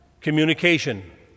communication